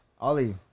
Ollie